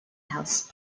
house